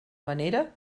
manera